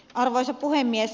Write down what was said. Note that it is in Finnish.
arvoisa puhemies